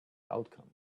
outcome